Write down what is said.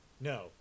No